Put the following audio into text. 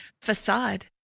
facade